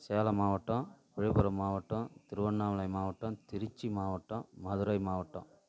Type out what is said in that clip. சேலம் மாவட்டம் விழுப்புரம் மாவட்டம் திருவண்ணாமலை மாவட்டம் திருச்சி மாவட்டம் மதுரை மாவட்டம்